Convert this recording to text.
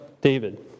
David